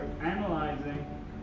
analyzing